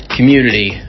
community